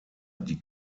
die